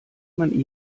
man